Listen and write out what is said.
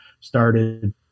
started